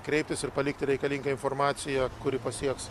kreiptis ir palikti reikalingą informaciją kuri pasieks